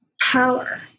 power